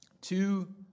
Two